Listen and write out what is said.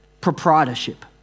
Proprietorship